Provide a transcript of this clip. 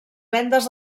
vendes